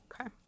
Okay